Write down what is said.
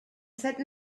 said